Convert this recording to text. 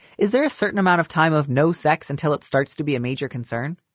is there a certain amount of time of no sex until it starts to be a major concern?